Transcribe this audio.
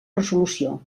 resolució